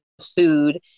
food